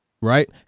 right